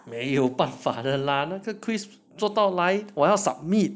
没有办法的啦那个 quiz 做到来我要 submit